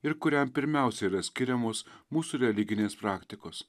ir kuriam pirmiausia yra skiriamos mūsų religinės praktikos